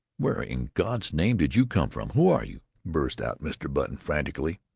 where in god's name did you come from? who are you? burst out mr. button frantically.